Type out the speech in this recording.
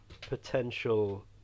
potential